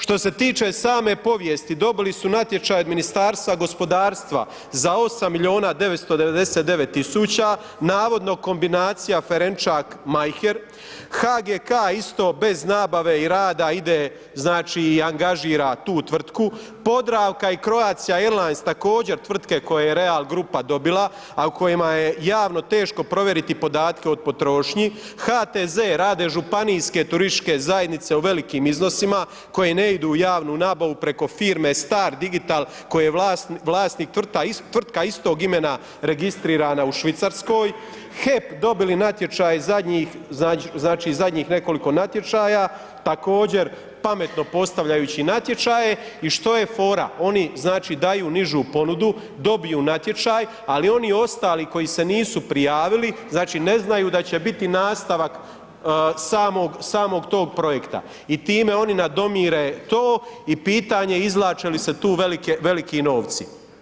Što se tiče same povijesti, dobili su natječaj od Ministarstva gospodarstva za 8 milijuna 999 tisuća navodno kombinacija Ferenčak Majher, HGK isto bez nabave i rada ide znači i angažira tu tvrtku, Podravka i Croatia airlines također tvrtke koje je Real grupa dobila, a u kojima je javno teško provjeriti podatke o potrošnji, HTZ rade županijske turističke zajednice u velikim iznosima koje ne idu u javnu nabavu preko firme Star digital koje je vlasnik tvrtka istog imena registrirana u Švicarskoj, HEP dobili natječaj zadnjih znači zadnjih nekoliko natječaja također pametno postavljajući natječaje i što je fora, oni znači daju nižu ponudu, dobiju natječaj, ali oni ostali koji se nisu prijavili, znači ne znaju da će biti nastavak samog, samog tog projekta i time oni nadomire to i pitanje izvlače li se tu velike, veliki novci.